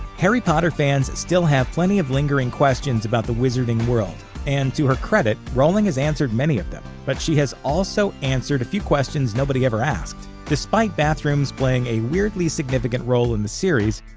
harry potter fans still have plenty of lingering questions about the wizarding world, and, to her credit, rowling has answered many of them. but she has also answered a few questions nobody ever asked. despite bathrooms playing a weirdly significant role in the series,